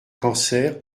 cancer